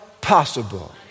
possible